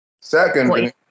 Second